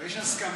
אבל יש הסכמה,